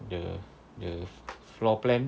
the the floor plan